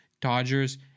Dodgers